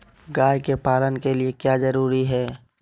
गाय के पालन के लिए क्या जरूरी है?